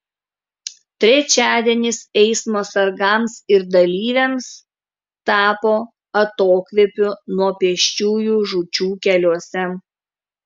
trečiadienis eismo sargams ir dalyviams tapo atokvėpiu nuo pėsčiųjų žūčių keliuose